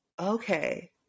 okay